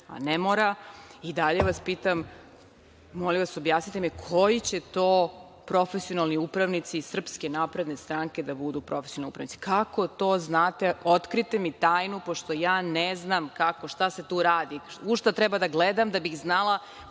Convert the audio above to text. a ne mora.I, dalje vas pitam, molim vas objasnite mi koji će to profesionalni upravnici, iz SNS da budu profesionalni upravnici? Kako to znate? Otkrite mi tajnu, pošto ja ne znam kako, šta se tu radi. U šta treba da gledam da bih znala